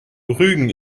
rügen